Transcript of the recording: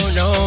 no